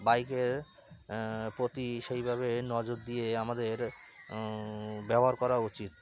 বাইকের প্রতি সেইভাবে নজর দিয়ে আমাদের ব্যবহার করা উচিত